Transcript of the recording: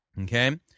Okay